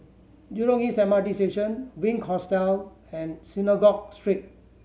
Jurong East M R T Station Wink Hostel and Synagogue Street